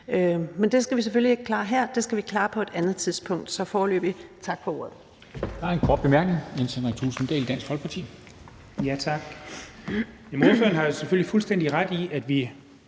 Men det skal vi selvfølgelig ikke klare her, det skal vi klare på et andet tidspunkt – så foreløbig tak for ordet.